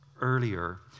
earlier